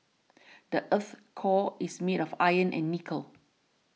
the earth's core is made of iron and nickel